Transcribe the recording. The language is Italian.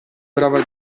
brava